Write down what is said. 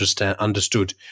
understood